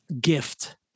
gift